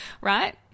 Right